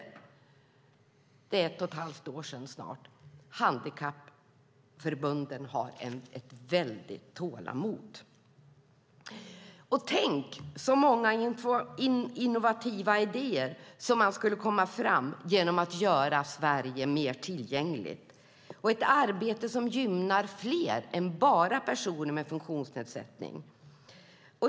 Det är snart ett och ett halvt år sedan. Handikappförbunden har ett stort tålamod. Tänk så många innovativa idéer som skulle komma fram om vi gjorde Sverige mer tillgängligt. Det är ett arbete som gynnar fler än bara personer med funktionsnedsättning.